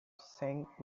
saint